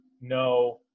no